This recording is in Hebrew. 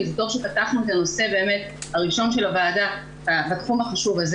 וזה טוב שפתחנו את הנושא הראשון של הוועדה בתחום החשוב הזה